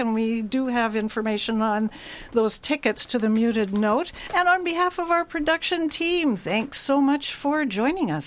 and we do have information on those tickets to the muted notes and on behalf of our production team thanks so much for joining us